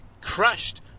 crushed